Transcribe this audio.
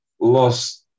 lost